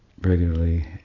regularly